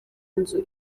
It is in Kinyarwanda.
nzu